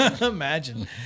Imagine